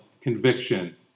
conviction